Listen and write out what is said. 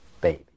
baby